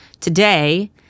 today